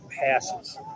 passes